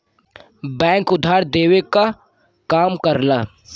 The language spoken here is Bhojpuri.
बैंक उधार देवे क काम करला